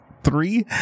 Three